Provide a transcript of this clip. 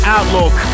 Outlook